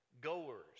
goers